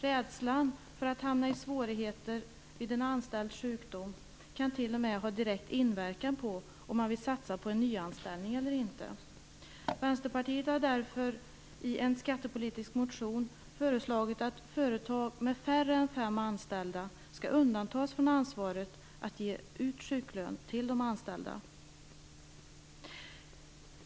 Rädslan för att hamna i svårigheter vid en anställds sjukdom kan t.o.m. ha en direkt inverkan på om man vill satsa på en nyanställning eller inte. Västerpartiet har därför i en skattepolitisk motion föreslagit att företag med färre än fem anställda skall undantas från ansvaret att ge ut sjuklön till de anställda.